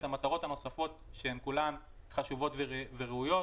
המטרות הנוספות שכולן חשובות וראויות.